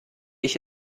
ich